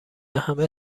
همه